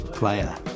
player